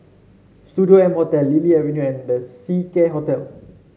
Studio M Hotel Lily Avenue and The Seacare Hotel